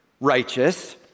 righteous